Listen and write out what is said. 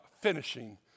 finishing